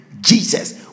Jesus